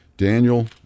Daniel